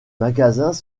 magasins